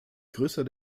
größer